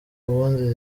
ubundi